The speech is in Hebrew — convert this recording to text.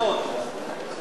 4